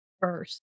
first